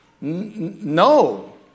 No